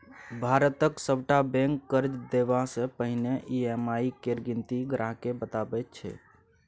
भारतक सभटा बैंक कर्ज देबासँ पहिने ई.एम.आई केर गिनती ग्राहकेँ बताबैत छै